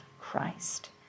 Christ